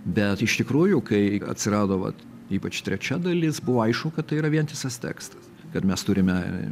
bet iš tikrųjų kai atsirado vat ypač trečia dalis buvo aišku kad tai yra vientisas tekstas kad mes turime